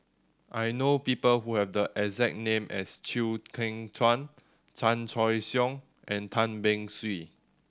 I know people who have the exact name as Chew Kheng Chuan Chan Choy Siong and Tan Beng Swee